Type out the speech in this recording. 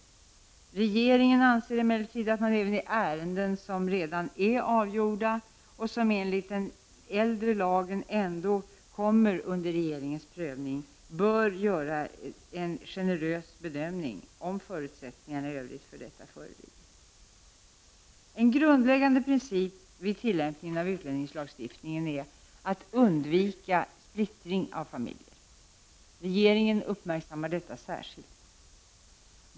Regeringen anser emellertid att man även i ärenden som redan är avgjorda och som enligt den äldre lagen ändå kommer under regeringens prövning bör göra en generös bedömning om förutsättningarna i övrigt för detta föreligger. En grundläggande princip vid tillämpningen av utlänningslagstiftningen är att undvika splittring av familjer. Regeringen uppmärksammar detta särskilt.